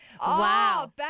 Wow